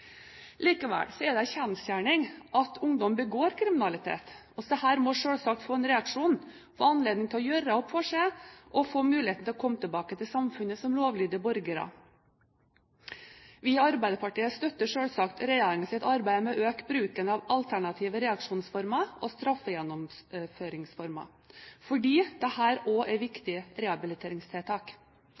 Likevel er det en kjensgjerning at ungdom begår kriminalitet. Disse må selvsagt få en reaksjon, få anledning til å gjøre opp for seg og få muligheten til å komme tilbake til samfunnet som lovlydige borgere. Vi i Arbeiderpartiet støtter selvsagt regjeringens arbeid med å øke bruken av alternative reaksjonsformer og straffegjennomføringsformer, fordi dette også er viktige rehabiliteringstiltak.